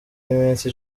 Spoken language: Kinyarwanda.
y’iminsi